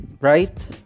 right